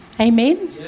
Amen